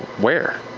where?